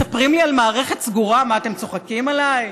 מספרים לי על מערכת סגורה, מה, אתם צוחקים עליי?